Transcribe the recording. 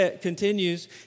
continues